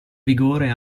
vigore